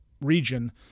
region